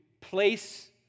place